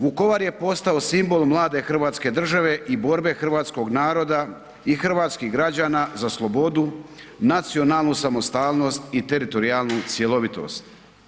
Vukovar je postao simbol mlade Hrvatske države i borbe hrvatskog naroda i hrvatskih građana za slobodu, nacionalnu samostalnost i teritorijalnu cjelovitost.